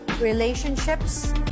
relationships